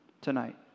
tonight